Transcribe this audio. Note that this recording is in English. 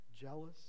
jealous